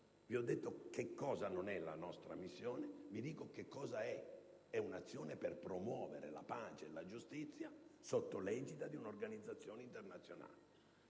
Vi ho detto che cosa non è la nostra missione; vi dico che cosa è: è un'azione per promuovere la pace e la giustizia sotto l'egida di un'organizzazione internazionale.